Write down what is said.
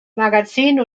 magazin